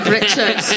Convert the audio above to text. Richard